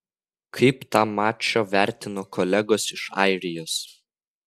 kaip tą mačą vertino kolegos iš airijos